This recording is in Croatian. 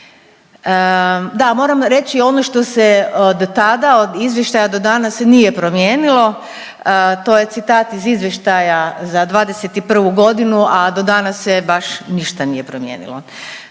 Da, moram reći ono što se do tada od izvještaja do danas nije promijenilo to je citat iz izvještaja za '21.g., a do danas se baš ništa nije promijenilo.